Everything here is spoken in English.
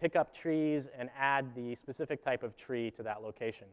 pick up trees and add the specific type of tree to that location.